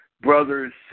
brother's